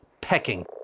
pecking